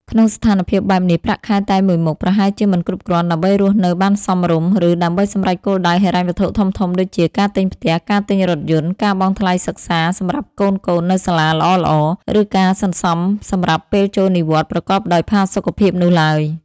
ក្នុងស្ថានភាពបែបនេះ ប្រាក់ខែតែមួយមុខប្រហែលជាមិនគ្រប់គ្រាន់ដើម្បីរស់នៅបានសមរម្យ ឬដើម្បីសម្រេចគោលដៅហិរញ្ញវត្ថុធំៗដូចជា ការទិញផ្ទះ ការទិញរថយន្ត ការបង់ថ្លៃសិក្សាសម្រាប់កូនៗនៅសាលាល្អៗ ឬការសន្សំសម្រាប់ពេលចូលនិវត្តន៍ប្រកបដោយផាសុកភាពនោះឡើយ។